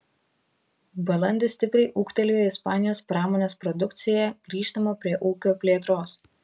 balandį stipriai ūgtelėjo ispanijos pramonės produkcija grįžtama prie ūkio plėtros